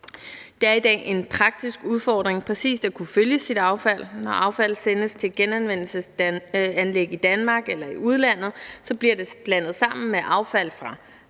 Det er i dag en praktisk udfordring præcist at kunne følge sit affald. Når affaldet sendes til genanvendelsesanlæg i Danmark eller i udlandet, bliver det blandet sammen med affald fra